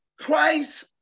Christ